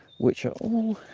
which are all